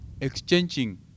exchanging